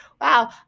wow